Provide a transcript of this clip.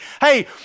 Hey